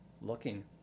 looking